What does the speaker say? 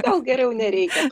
gal geriau nereikia